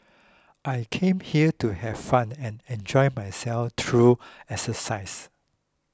I came here to have fun and enjoy myself through exercise